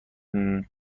تمام